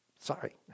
sorry